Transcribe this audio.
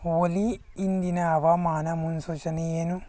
ಒಲೀ ಇಂದಿನ ಹವಾಮಾನ ಮುನ್ಸೂಚನೆ ಏನು